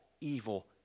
evil